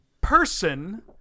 person